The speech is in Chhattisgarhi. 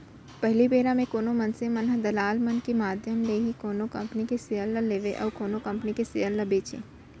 पहिली बेरा म कोनो मनसे मन ह दलाल मन के माधियम ले ही कोनो कंपनी के सेयर ल लेवय अउ कोनो कंपनी के सेयर ल बेंचय